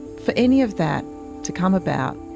for any of that to come about,